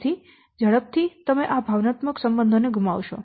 તેથી ઝડપથી તમે આ ભાવનાત્મક સંબંધોને ગુમાવશો